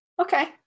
Okay